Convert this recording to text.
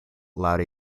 allowed